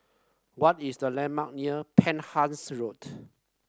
what is the landmark near Penhas Road